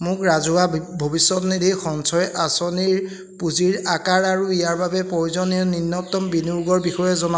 মোক ৰাজহুৱা ভৱিষ্যতনিধি সঞ্চয় আঁচনিৰ পুঁজিৰ আকাৰ আৰু ইয়াৰ বাবে প্ৰয়োজনীয় ন্যূনতম বিনিয়োগৰ বিষয়ে জনাওক